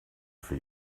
for